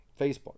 Facebook